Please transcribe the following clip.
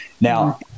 Now